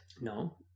No